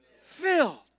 filled